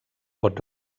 pot